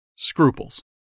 Scruples